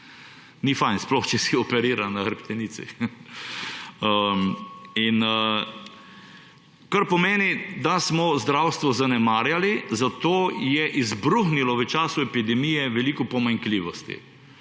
Ni fajn, sploh če si operiran na hrbtenici. Kar pomeni, da smo zdravstvo zanemarjali, zato je izbruhnilo v času epidemije veliko pomanjkljivosti.